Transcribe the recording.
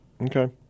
Okay